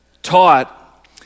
taught